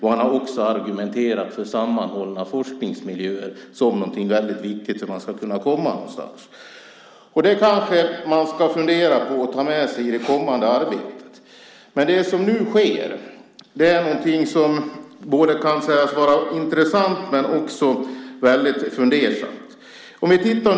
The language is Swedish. Han har också argumenterat för sammanhållna forskningsmiljöer som något viktigt om man ska komma någonstans. Man kanske ska fundera på det och ta det med sig i det kommande arbetet. Det som nu sker är något som kan sägas vara både intressant och fundersamt.